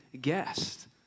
guest